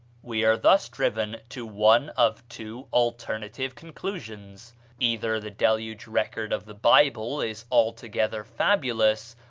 we are thus driven to one of two alternative conclusions either the deluge record of the bible is altogether fabulous,